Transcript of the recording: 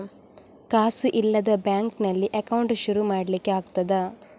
ಕಾಸು ಇಲ್ಲದ ಬ್ಯಾಂಕ್ ನಲ್ಲಿ ಅಕೌಂಟ್ ಶುರು ಮಾಡ್ಲಿಕ್ಕೆ ಆಗ್ತದಾ?